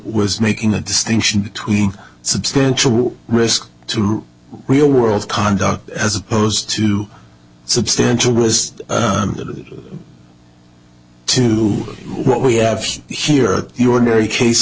was making a distinction between substantial risk to real world conduct as opposed to substantial was to what we have here you ordinary case